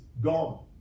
gone